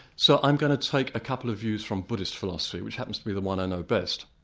so i'm going to take a couple of views from buddhist philosophy, which happens to be the one i know best.